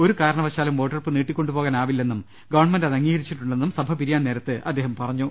ഒരു കാരണവശാലും വോട്ടെടുപ്പ് നീട്ടിക്കൊണ്ടുപോകാൻ ആവില്ലെന്നും ഗവൺമെന്റ് അത് അംഗീകരിച്ചിട്ടുണ്ടെന്നും സഭ പിരിയാൻ നേരത്ത് അദ്ദേഹം പറഞ്ഞു